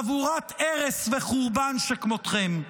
חבורות הרס וחורבן שכמותכם.